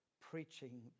preaching